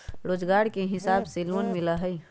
रोजगार के हिसाब से लोन मिलहई?